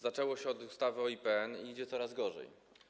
Zaczęło się od ustawy o IPN i idzie coraz gorzej.